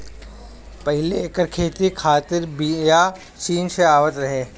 पहिले एकर खेती खातिर बिया चीन से आवत रहे